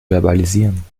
verbalisieren